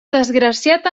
desgraciat